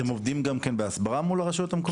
אתם עובדים גם כן בהסברה מול הרשות המקומית?